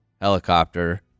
helicopter